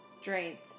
strength